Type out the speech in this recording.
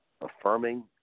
affirming